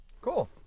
Cool